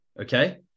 Okay